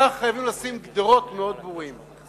כך חייבים לשים גדרות מאוד ברורות.